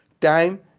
time